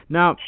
Now